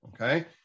okay